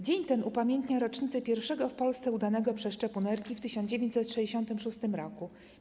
Dzień ten upamiętnia rocznicę pierwszego w Polsce udanego przeszczepu nerki w 1966 r.